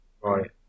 Right